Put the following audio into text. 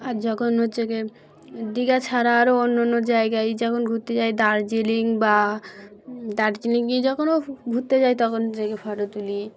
আর যখন হচ্ছে গ দীঘা ছাড়া আরও অন্য অন্য জায়গায় যখন ঘুরতে যাই দার্জিলিং বা দার্জিলিং যখনও ঘুরতে যাই তখন যেয়ে ফটো তুলি